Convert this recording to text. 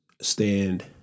stand